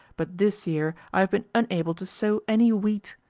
but this year i have been unable to sow any wheat!